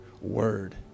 word